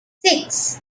six